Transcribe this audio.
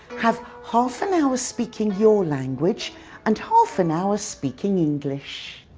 have half an hour speaking your language and half an hour speaking english.